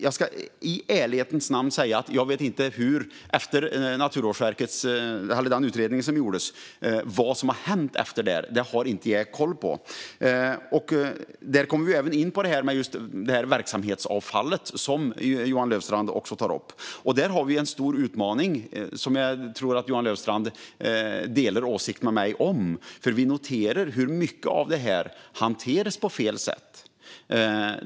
Jag ska i ärlighetens namn säga att jag inte vet vad som har hänt efter det att Naturvårdsverkets utredning lades fram. Det har jag inte koll på. Där kommer vi in på verksamhetsavfallet, som Johan Löfstrand också har tagit upp. Här finns en stor utmaning, och jag tror att Johan Löfstrand delar min åsikt i den frågan. Vi noterar hur mycket av detta som hanteras på fel sätt.